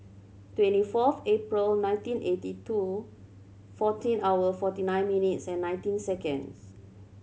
twenty fourth April nineteen eighty two fourteen hour forty nine minutes and nineteen seconds